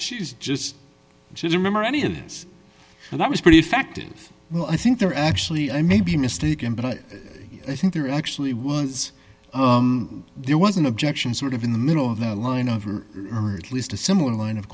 she's just remember any of this and that was pretty effective well i think there actually i may be mistaken but i think there actually was there was an objection sort of in the middle of the line over or at least a similar line of